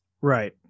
Right